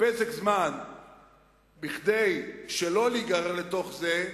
זמן כדי שלא להיגרר לתוך זה,